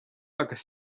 agus